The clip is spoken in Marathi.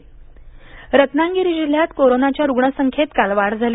रत्नागिरी अपडेट रत्नागिरी जिल्ह्यात कोरोनाच्या रुग्णसंख्येत काल वाढ झाली